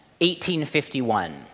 1851